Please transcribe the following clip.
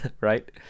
right